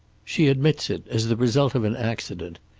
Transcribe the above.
she admits it, as the result of an accident.